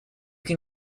can